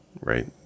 right